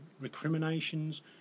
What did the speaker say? recriminations